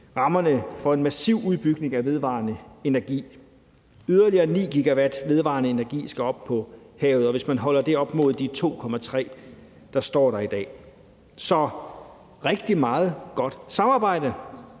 rammerne for en massiv udbygning af den vedvarende energi. Yderligere 9 GW vedvarende energi skal sættes op på havet, og det kan man holde op imod de 2,3, der står der i dag. Så der har været rigtig meget godt samarbejde.